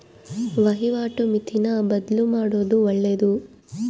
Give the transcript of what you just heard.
ವಹಿವಾಟು ಮಿತಿನ ಬದ್ಲುಮಾಡೊದು ಒಳ್ಳೆದು